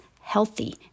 healthy